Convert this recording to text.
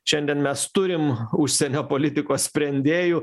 šiandien mes turim užsienio politikos sprendėjų